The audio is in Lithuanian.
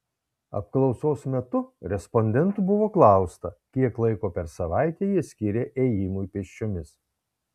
apklausos metu respondentų buvo klausta kiek laiko per savaitę jie skiria ėjimui pėsčiomis